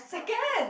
second